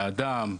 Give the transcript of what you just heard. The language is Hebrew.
באדם,